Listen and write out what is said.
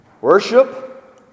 worship